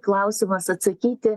klausimas atsakyti